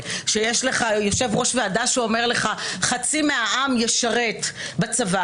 שיש לך יושב-ראש ועדה שאומר לך: חצי מהעם ישרת בצבא